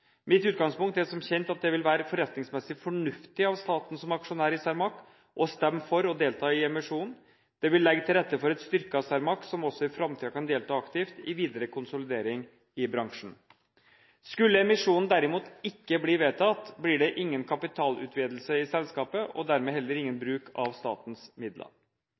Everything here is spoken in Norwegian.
Mitt utgangspunkt er som kjent at det vil være forretningsmessig fornuftig av staten som aksjonær i Cermaq å stemme for å delta i emisjonen. Det vil legge vil rette for et styrket Cermaq som også i framtiden kan delta aktivt i videre konsolidering i bransjen. Skulle emisjonen derimot ikke bli vedtatt, blir det ingen kapitalutvidelse i selskapet og dermed heller ingen bruk av statens midler.